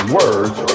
words